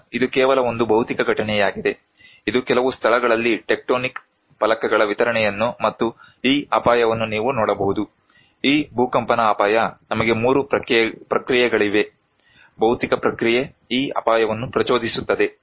ಈಗ ಇದು ಕೇವಲ ಒಂದು ಭೌತಿಕ ಘಟನೆಯಾಗಿದೆ ಇದು ಕೆಲವು ಸ್ಥಳಗಳಲ್ಲಿ ಟೆಕ್ಟೋನಿಕ್ ಫಲಕಗಳ ವಿತರಣೆಯನ್ನು ಮತ್ತು ಈ ಅಪಾಯವನ್ನು ನೀವು ನೋಡಬಹುದು ಈ ಭೂಕಂಪನ ಅಪಾಯ ನಮಗೆ 3 ಪ್ರಕ್ರಿಯೆಗಳಿವೆ ಭೌತಿಕ ಪ್ರಕ್ರಿಯೆ ಈ ಅಪಾಯವನ್ನು ಪ್ರಚೋದಿಸುತ್ತದೆ